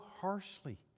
harshly